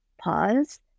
pause